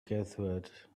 gathered